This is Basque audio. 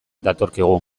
datorkigu